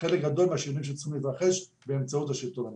חלק גדול מהשינויים שצריכים להתרחש באמצעות השלטון המקומי.